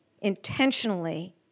intentionally